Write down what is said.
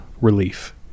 relief